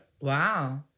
Wow